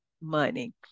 money